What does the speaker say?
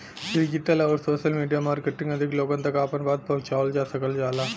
digital आउर social media marketing अधिक लोगन तक आपन बात पहुंचावल जा सकल जाला